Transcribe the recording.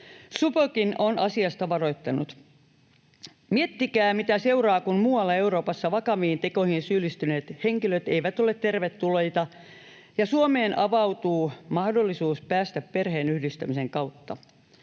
Supokin on asiasta varoittanut. Miettikää, mitä seuraa, kun vakaviin tekoihin syyllistyneet henkilöt eivät ole tervetulleita muualla Euroopassa ja Suomeen avautuu mahdollisuus päästä perheenyhdistämisen kautta.